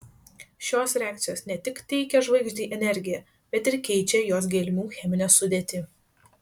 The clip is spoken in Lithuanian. šios reakcijos ne tik teikia žvaigždei energiją bet ir keičia jos gelmių cheminę sudėtį